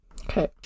Okay